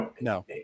No